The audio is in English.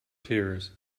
tears